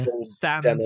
Stand